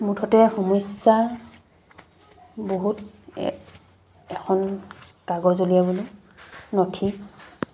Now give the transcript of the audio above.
মুঠতে সমস্যা বহুত এখন কাগজ উলিয়াবলৈ নথি